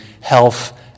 health